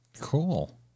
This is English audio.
Cool